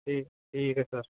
ਠੀਕ ਠੀਕ ਹੈ ਸਰ